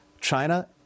China